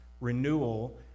renewal